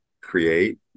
create